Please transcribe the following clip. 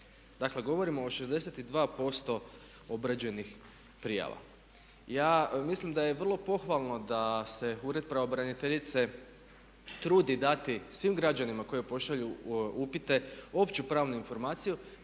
Dakle govorimo o 62% obrađenih prijava. Ja mislim da je vrlo pohvalno da se ured pravobraniteljice trudi dati svim građanima koji pošalju upite opću pravnu informaciju